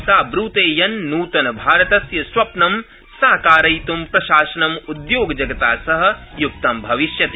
सा ब्रूतखिनूतनभारतस्य स्वप्न साकारयितुं प्रशासनम् उद्योगजगता सह युक्त भविष्यति